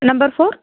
number four